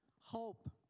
hope